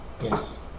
Yes